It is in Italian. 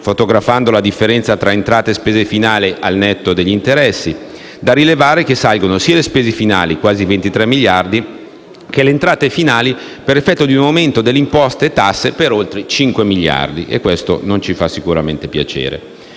fotografando la differenza tra entrate e spese finali, al netto degli interessi. Da rilevare che salgono sia le spese finali (quasi 23 miliardi) che le entrate finali per effetto di un aumento delle imposte e tasse per oltre cinque miliardi e questo non ci fa sicuramente piacere.